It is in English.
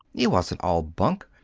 it wasn't all bunk.